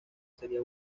sería